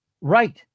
right